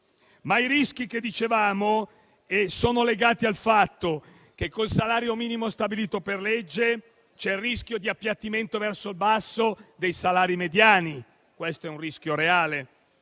i rischi di cui parlavamo sono legati al fatto che col salario minimo stabilito per legge c'è il rischio di appiattimento verso il basso dei salari mediani (questo è un rischio reale),